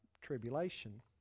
tribulation